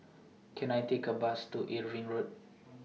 Can I Take A Bus to Irving Road